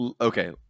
okay